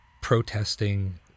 protesting